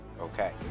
Okay